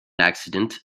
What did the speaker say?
accident